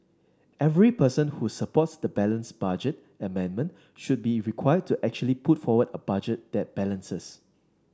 every person who supports the balanced budget amendment should be required to actually put forward a budget that balances